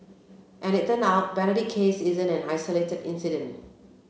and it turn out Benedict's case isn't an isolated incident